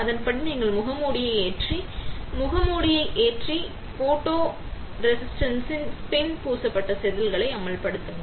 அடுத்த படி நீங்கள் முகமூடியை ஏற்றி முகமூடியை ஏற்றி ஃபோட்டோரெசிஸ்டுடன் ஸ்பின் பூசப்பட்ட செதில்களை அம்பலப்படுத்துங்கள்